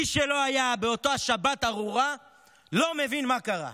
מי שלא היה באותה שבת ארורה לא מבין מה קרה.